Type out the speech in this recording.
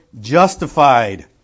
justified